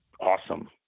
awesome